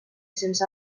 sense